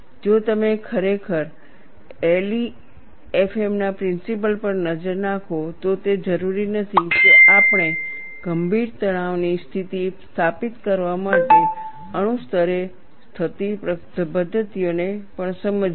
અને જો તમે ખરેખર LEFM ના પ્રિન્સિપલ પર નજર નાખો તો તે જરૂરી નથી કે આપણે ગંભીર તણાવની સ્થિતિ સ્થાપિત કરવા માટે અણુ સ્તરે થતી પદ્ધતિઓને પણ સમજીએ